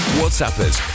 WhatsAppers